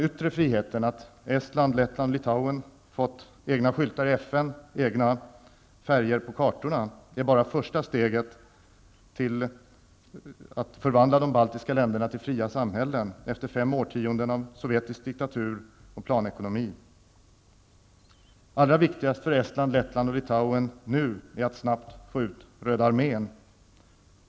Lettland och Litauen fått egna färger på kartorna och egna skyltar i FN -- är bara första steget i att förvandla de tre baltiska länderna till fria samhällen efter fem årtionden av sovjetisk diktatur och planekonomi. Allra viktigast för Estland, Lettland och Litauen nu är att snabbt få ut röda armén.